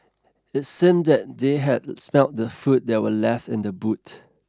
it seemed that they had smelt the food that were left in the boot